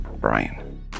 Brian